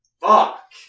Fuck